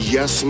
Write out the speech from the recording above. Yes